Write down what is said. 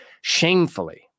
shamefully